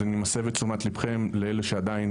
אז אני מסב את תשומת ליבכם לאלה שעדיין